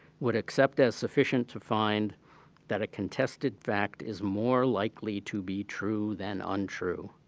would accept as sufficient to find that a contested fact is more likely to be true than untrue.